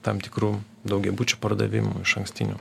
tam tikrų daugiabučių pardavimų išankstinių